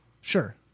Sure